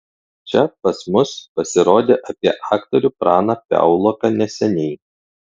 čia pas mus pasirodė apie aktorių praną piauloką neseniai